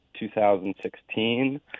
2016